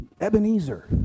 Ebenezer